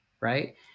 right